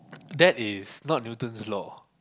that is not you do to the law